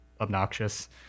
obnoxious